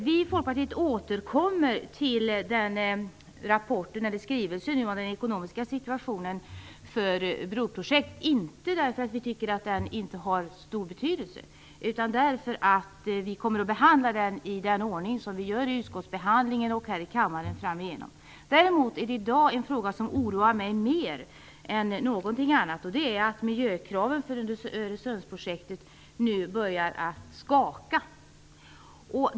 Vi i Folkpartiet återkommer till skrivelsen om den ekonomiska situationen för broprojektet, inte därför att vi inte tycker att den har stor betydelse, utan därför att vi kommer att behandla den i rådande ordning med utskottsbehandling, och här i kammaren fram igenom. Däremot finns det i dag en fråga som oroar mig mer än någonting annat. Miljökraven för Öresundsbroprojektet börjar nu att skaka.